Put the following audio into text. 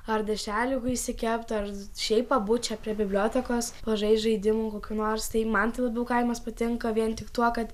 ar dešrelių išsikept ar šiaip pabūt čia prie bibliotekos pažaist žaidimų nors tai man tai labiau kaimas patinka vien tik tuo kad